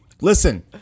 Listen